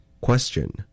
Question